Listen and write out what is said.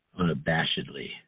unabashedly